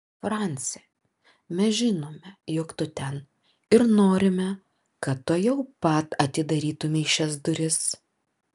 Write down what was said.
franci mes žinome jog tu ten ir norime kad tuojau pat atidarytumei šias duris